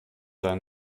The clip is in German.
dein